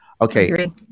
Okay